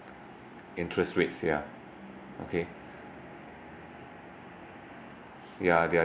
interest rates yeah okay yeah they are